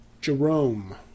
Jerome